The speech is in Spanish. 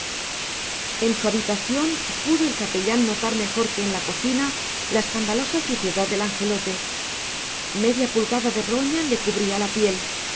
en su habitación pudo el capellán notar mejor que en la cocina la escandalosa suciedad del angelote media pulgada de roña le cubría la piel